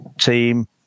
team